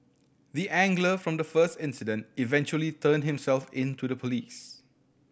the angler from the first incident eventually turned himself in to the police